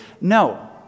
no